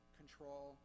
control